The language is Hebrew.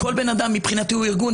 מבחינתי כל אדם הוא ארגון,